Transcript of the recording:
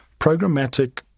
programmatic